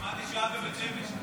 שמעתי שהוא היה בבית שמש.